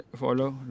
follow